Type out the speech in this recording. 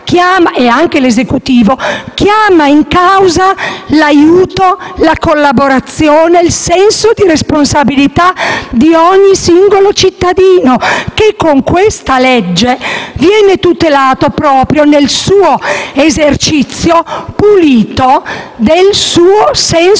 e anche l'Esecutivo chiamiamo in causa l'aiuto, la collaborazione e il senso di responsabilità di ogni singolo cittadino che, con questo provvedimento, viene tutelato proprio nell'esercizio pulito del suo senso